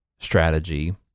strategy